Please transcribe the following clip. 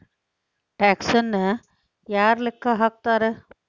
ಟ್ಯಾಕ್ಸನ್ನ ಯಾರ್ ಲೆಕ್ಕಾ ಹಾಕ್ತಾರ?